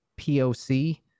POC